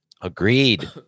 Agreed